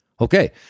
Okay